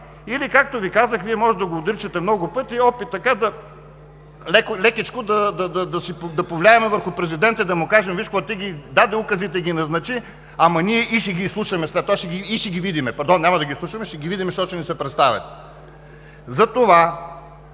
или, както Ви казах, Вие може да го отричате много пъти, опит лекичко да повлияем върху президента и да му кажем: „Виж какво, ти издаде указите и ги назначи, ама ние и ще ги изслушаме след това, и ще ги и видим.“ Пардон, няма да ги изслушаме, а ще ги видим, защото ще ни се представят. Затова